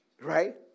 Right